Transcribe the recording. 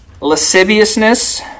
lasciviousness